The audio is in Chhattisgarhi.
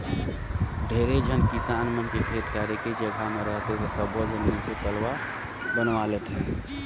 ढेरे झन किसान मन के खेत खायर हर एके जघा मे रहथे त सब्बो झन मिलके तलवा बनवा लेथें